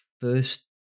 first